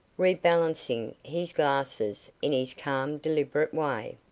rebalancing his glasses in his calm deliberate way.